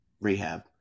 rehab